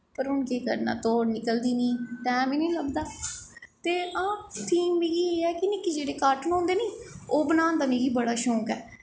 पर हून केह् करना धोड़ निकलदी निं टैम ही निं लभदा ते आं थीम मिगी एह् ऐ कि निक्के जेह्ड़े कार्टून होंदे नी ओह् बनान दा मिगी बड़ा शौंक ऐ